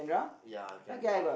uh ya can drum